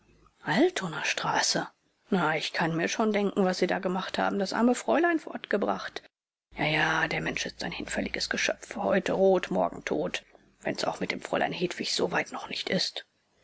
altonaer straße na ich kann mir schon denken was sie da gemacht haben das arme fräulein fortgebracht ja ja der mensch ist ein hinfälliges geschöpf heute rot morgen tot wenn's auch mit dem fräulein hedwig so weit noch nicht ist